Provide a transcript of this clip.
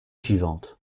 suivante